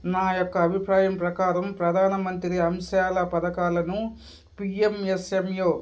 నా యొక్క అభిప్రాయం ప్రకారం ప్రధానమంత్రి అంశాల పథకాలను పిఎంఎస్ఎంయో